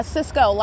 Cisco